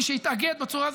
מי שהתאגד בצורה הזו,